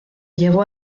llegó